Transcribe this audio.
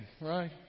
right